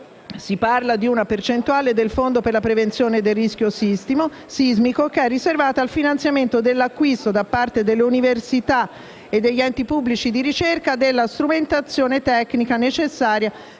si parla di una percentuale del fondo per la prevenzione del rischio sismico che è riservata al finanziamento dell'acquisto, da parte delle università e degli enti pubblici di ricerca, della strumentazione tecnica necessaria